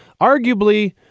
arguably